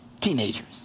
teenagers